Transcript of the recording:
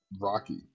Rocky